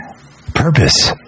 Purpose